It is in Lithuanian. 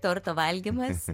torto valgymas